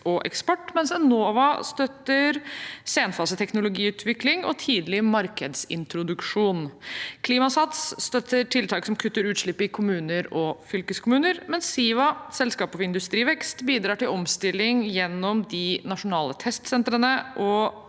mens Enova støtter senfaseteknologiutvikling og tidlig markedsintroduksjon. Klimasats støtter tiltak som kutter utslipp i kommuner og fylkeskommuner, mens Siva, selskapet for industrivekst, bidrar til omstilling gjennom de nasjonale testsentrene,